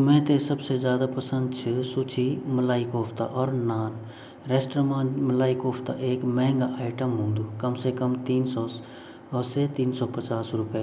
मेते खांड मा पसंद ची जन लच्छा रवोटी छिन कड़ाई पनीर ची रोस्टेड पनीर ची यू पिज़्ज़ा छिना आ ता मेते बर्गर पसंद छिन पर यु ज़रा थोड़ा महंगा वन बडोड़ माँ भी टाइम लगन अर महंगा भी वन अर ता मि रोज़ -रोज़ नि खे सकन कभी